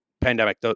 pandemic